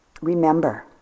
remember